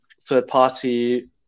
third-party